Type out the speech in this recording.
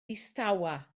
distawa